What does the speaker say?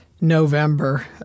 November